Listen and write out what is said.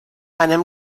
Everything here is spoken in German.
einem